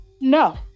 no